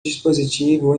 dispositivo